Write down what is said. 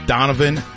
Donovan